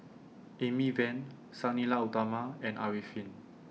Amy Van Sang Nila Utama and Arifin